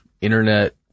internet